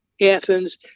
Athens